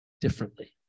differently